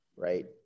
Right